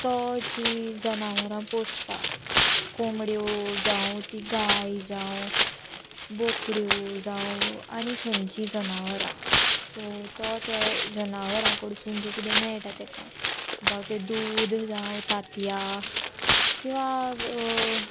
तो जी जनावरां पोसता कोंबड्यो जावं ती गाय जावं बोकड्यो जावं आनी खंयचीं जनावरां सो तो त्या जनावरां कडसून जें किदें मेळटा ताका जावं तें दूद जावं तांतयां किंवां